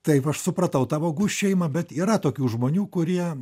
taip aš supratau tavo gūžčiojimą bet yra tokių žmonių kurie